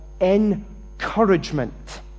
encouragement